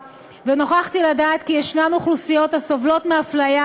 ונוכחתי לדעת כי יש אוכלוסיות הסובלות מהפליה